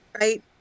right